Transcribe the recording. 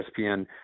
ESPN